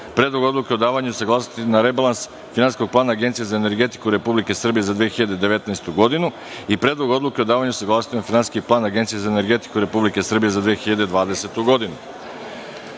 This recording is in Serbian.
Predlog odluke o davanju saglasnosti na Rebalans Finansijskog plana Agencije za energetiku Republike Srbije za 2019. godinu i11. Predlog odluke o davanju saglasnosti na Finansijski plan Agencije za energetiku Republike Srbije za 2020. godinu. Narodni